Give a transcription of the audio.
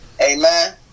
Amen